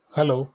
Hello